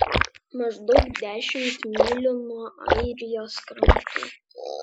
maždaug dešimt mylių nuo airijos krantų